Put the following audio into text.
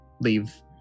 leave